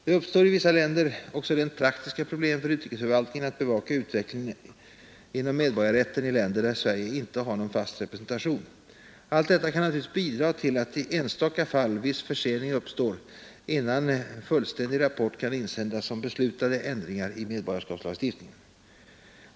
Det uppstår i vissa länder också rent praktiska problem för utrikesförvaltningen att bevaka utvecklingen inom medborgarrätten i länder, där Sverige inte har någon fast representation. Allt detta kan naturligtvis bidra till att i enstaka fall viss försening uppstår, innan fullständig rapport kan insändas om beslutade ändringar i medborgarskapslagstiftningen.